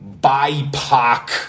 BIPOC